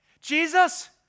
Jesus